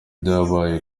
byabaye